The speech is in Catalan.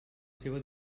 seva